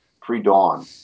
pre-dawn